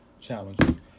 challenging